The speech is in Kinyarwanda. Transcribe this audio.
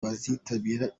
bazitabira